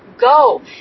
go